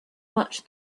much